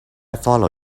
follow